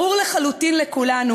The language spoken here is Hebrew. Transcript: ברור לחלוטין לכולנו,